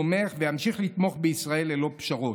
תומך וימשיך לתמוך בישראל ללא פשרות.